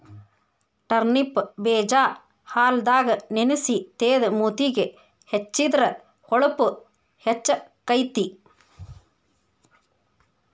turnip ಬೇಜಾ ಹಾಲದಾಗ ನೆನಸಿ ತೇದ ಮೂತಿಗೆ ಹೆಚ್ಚಿದ್ರ ಹೊಳಪು ಹೆಚ್ಚಕೈತಿ